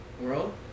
world